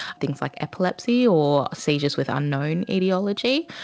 things like epilepsy or seizures with unknown aetiology.